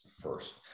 first